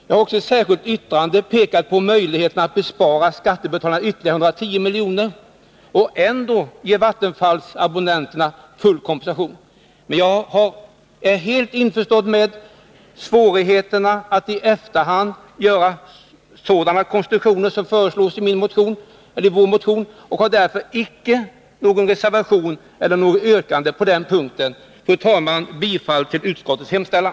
Jag har också i ett särskilt yttrande pekat på möjligheterna att spara ytterligare 110 milj.kr. åt skattebetalarna och ändå ge vattenfallsverkets abonnenter full kompensation. Men jag förstår helt svårigheterna att i efterhand göra sådana konstruktioner som de som föreslås i vår motion och har därför icke någon reservation eller något yrkande på den punkten. Fru talman! Jag yrkar bifall till utskottets hemställan.